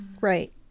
Right